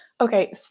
Okay